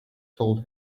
told